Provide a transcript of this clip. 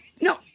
no